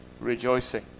rejoicing